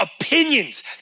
opinions